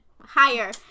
higher